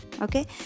Okay